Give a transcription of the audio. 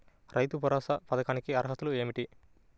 రైతు భరోసా పథకానికి అర్హతలు ఏమిటీ?